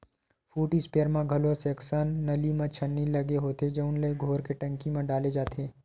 foot spare म घलो section नली म छन्नी लगे होथे जउन ल घोर के टंकी म डाले जाथे